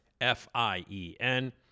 F-I-E-N